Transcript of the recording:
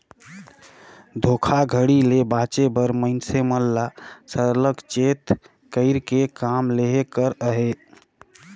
धोखाघड़ी ले बाचे बर मइनसे मन ल सरलग चेत कइर के काम लेहे कर अहे